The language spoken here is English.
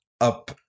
up